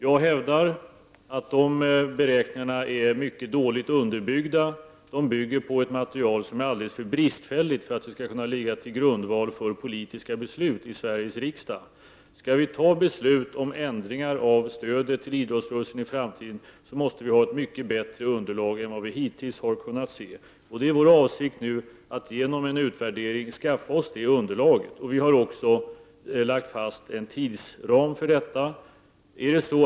Jag hävdar att de beräkningarna är mycket dåligt underbyggda. Man utgår från ett material som är alldeles för bristfälligt för att kunna ligga till grund för politiska beslut i Sveriges riksdag. Om vi skall fatta beslut om ändringar av stödet till idrottsrörelsen i framtiden, måste vi ha ett mycket bättre underlag än det som vi hittills har kunnat se. Det är vår avsikt att genom en utvärdering skaffa oss det underlaget. Dessutom har vi lagt fast en tidsram för detta arbete.